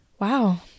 wow